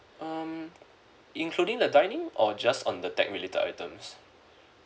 um including the dining or just on the tech related items